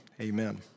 Amen